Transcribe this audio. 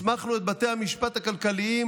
הסמכנו את בתי המשפט הכלכליים